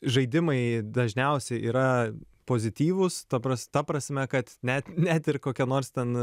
žaidimai dažniausiai yra pozityvūs ta pras ta prasme kad net net ir kokia nors ten